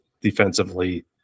defensively